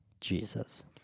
Jesus